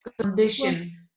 condition